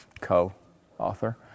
co-author